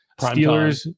Steelers